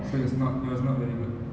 so it's not it was not very good